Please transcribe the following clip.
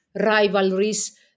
rivalries